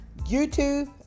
YouTube